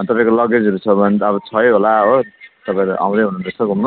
अनि तपाईँको लगेजहरू छ भने त छै होला हो तपाईँहरू आउँदै हुनुहुँदो रहेछ घुम्न